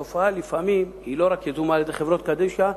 שלפעמים התופעה היא לא רק יזומה על-ידי חברות קדישא,